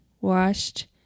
washed